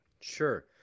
Sure